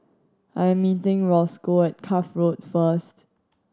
I'm meeting Rosco at Cuff Road first